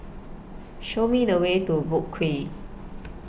Show Me The Way to Boat Quay